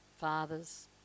fathers